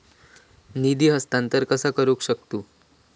निधी हस्तांतर कसा करू शकतू?